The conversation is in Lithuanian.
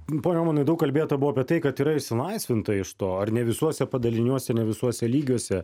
pone olmanai daug kalbėta buvo apie tai kad yra išsilaisvinta iš to ar ne visuose padaliniuose ne visuose lygiuose